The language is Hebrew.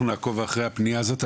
אנחנו נעקוב אחרי הפנייה הזאת.